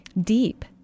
deep